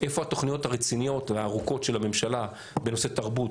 איפה התוכניות הרציניות והארוכות של הממשלה בנושא תרבות,